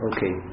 Okay